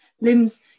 limbs